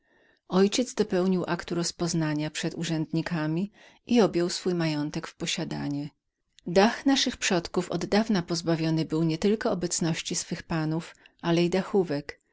ojciec mój dopełnił aktu rozpoznania przed urzędnikami i objął swój majątek w posiadanie dach naszych przodków oddawna pozbawiony obecności swych panów w